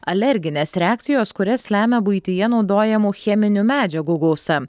alerginės reakcijos kurias lemia buityje naudojamų cheminių medžiagų gausa